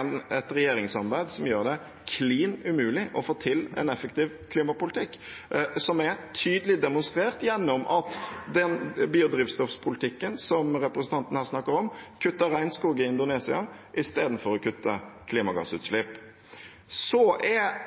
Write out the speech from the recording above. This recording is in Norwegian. et regjeringssamarbeid som gjør det klin umulig å få til en effektiv klimapolitikk, som er tydelig demonstrert gjennom at den biodrivstoffpolitikken som representanten Kjenseth her snakker om, kutter regnskog i Indonesia i stedet for å kutte klimagassutslipp. Så er